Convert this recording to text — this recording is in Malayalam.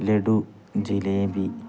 ലഡു ജിലേബി